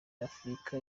afurika